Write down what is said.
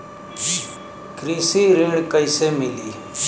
कृषि ऋण कैसे मिली?